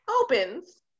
opens